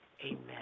Amen